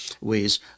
ways